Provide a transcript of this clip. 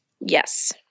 Yes